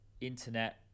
internet